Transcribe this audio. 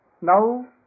now